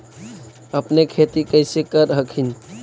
अपने खेती कैसे कर हखिन?